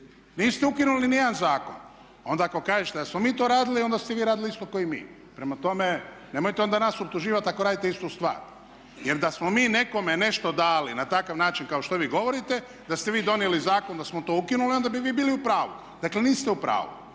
Niste ukinuli ni jedan zakon. Onda ako kažete da smo mi to radili onda ste i vi radili isto kao i mi. Prema tome, nemojte onda nas optuživati ako radite istu stvar. Jer da smo mi nekome nešto dali na takav način kao što vi govorite, da ste vi donijeli zakon da smo to ukinuli, onda bi vi bili u pravu. Dakle niste u pravu.